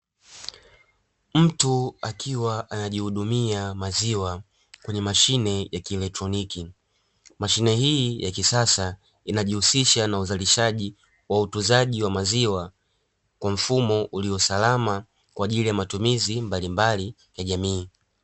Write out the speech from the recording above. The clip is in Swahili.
Mtu akiwa anajihudumia maziwa kwenye mashine ya kielectroniki. Mashine hii ya kisasa inajihusisha na uzalishaji na utunzaji wa maziwa kwa mfumo ulio salama, kwa ajili ya matumizi mbalimbali ya jamii.